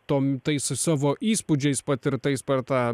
tom tais savo įspūdžiais patirtais per tą